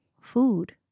food